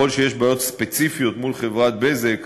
ככל שיש בעיות ספציפיות מול חברת "בזק"